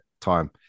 time